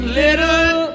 little